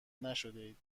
نشدهاید